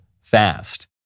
fast